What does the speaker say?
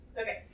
Okay